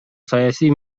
саясий